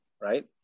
right